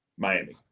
Miami